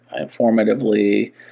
informatively